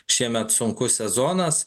šiemet sunkus sezonas